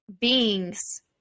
beings